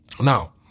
Now